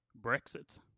Brexit